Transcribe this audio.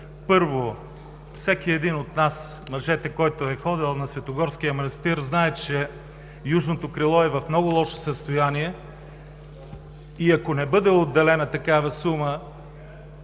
Първо, всеки един от нас, от мъжете, който е ходил на Светогорския манастир, знае, че южното крило е в много лошо състояние. Това е минималната сума,